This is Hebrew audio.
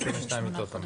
מיטות.